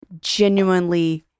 genuinely